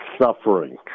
suffering